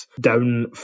down